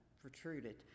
protruded